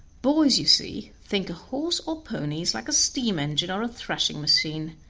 boys, you see, think a horse or pony is like a steam-engine or a thrashing-machine,